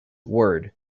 word